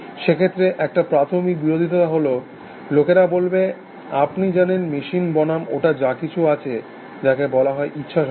সেক্ষেত্রে একটা প্রাথমিক বিরোধিতা হল লোকেরা বলবে আপনি জানেন মেশিন বনাম ওটা যা কিছু আছে যাকে বলা হয় ইচ্ছা শক্তি